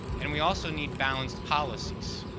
and we also need balanced policies.